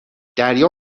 دریا